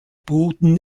boden